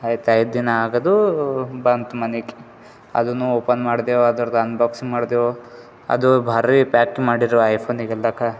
ಆಯ್ತು ಐದು ದಿನ ಆಗೋದೂ ಬಂತು ಮನೆಗ್ ಅದುನು ಓಪನ್ ಮಾಡ್ದೇವು ಅದ್ರದು ಅನ್ಬಾಕ್ಸಿಂಗ್ ಮಾಡಿದೇವು ಅದು ಭಾರಿ ಪ್ಯಾಕ್ ಮಾಡಿರು ಐಫೋನಿಗೆ ಎಲ್ಲಾಕ